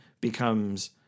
becomes